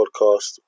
Podcast